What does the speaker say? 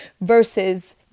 versus